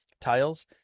tiles